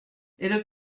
elle